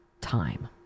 time